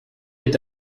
est